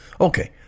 Okay